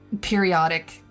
periodic